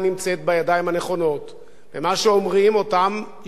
ומה שאומרים אותם אישים בכירים שניהלו את ביטחון ישראל